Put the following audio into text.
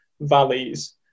valleys